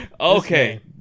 Okay